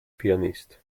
pianist